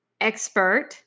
expert